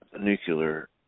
nuclear